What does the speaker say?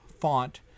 Font